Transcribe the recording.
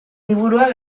liburua